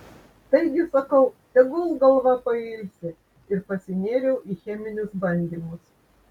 taigi sakau tegul galva pailsi ir pasinėriau į cheminius bandymus